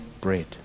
bread